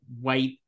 white